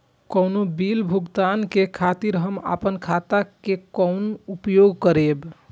कोनो बील भुगतान के खातिर हम आपन खाता के कोना उपयोग करबै?